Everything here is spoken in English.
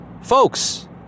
Folks